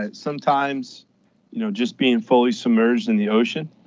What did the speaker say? and sometimes you know just being fully submerged in the ocean